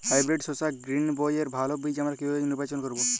Hybrid শসা গ্রীনবইয়ের ভালো বীজ আমরা কিভাবে নির্বাচন করব?